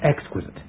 Exquisite